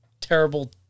terrible